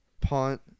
punt